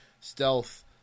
stealth